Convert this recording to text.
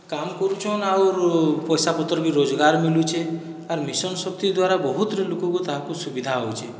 କାମ୍ କରୁଛନ୍ ଆଉର ପଇସା ପତ୍ର ବି ରୋଜଗାର ମିଲୁଛେ ଆର ମିସନ ଶକ୍ତି ଦ୍ଵାରା ବହୁତ ଲୋକକୁ ତାହାକୁ ସୁବିଧା ହେଉଛେ